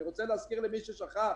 אני רוצה להזכיר למי ששכח